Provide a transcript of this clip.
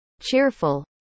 Cheerful